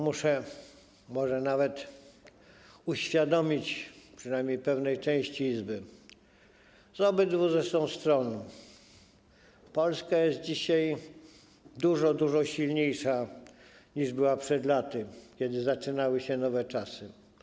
Muszę może nawet uświadomić przynajmniej pewnej części Izby, z obydwu zresztą stron, że Polska jest dzisiaj dużo, dużo silniejsza, niż była przed laty, kiedy zaczynały się nowe czasy.